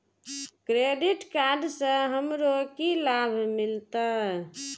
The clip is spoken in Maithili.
क्रेडिट कार्ड से हमरो की लाभ मिलते?